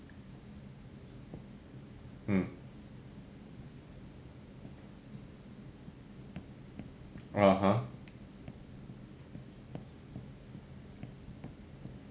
mm (uh huh)